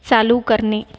चालू करणे